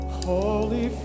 holy